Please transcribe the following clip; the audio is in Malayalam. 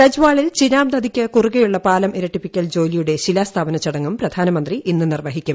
സജ്വാളിൽ ചിന്നാബ്നദിയ്ക്ക് കുറുകെയുള്ള പാലം ഇര ട്ടിപ്പിക്കൽ ജോലിയുടെ ശീല്പ്ത്സ്ഥാപന ചടങ്ങും പ്രധാനമന്ത്രി ഇന്ന് നിർവ ഹിക്കും